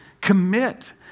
commit